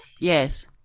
Yes